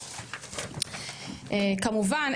כמובן,